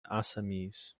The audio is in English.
assamese